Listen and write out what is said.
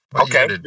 Okay